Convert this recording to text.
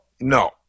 no